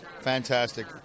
Fantastic